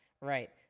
right